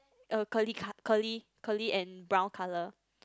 uh curly co~ curly and brown colour